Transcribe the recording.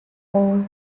all